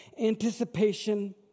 anticipation